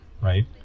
right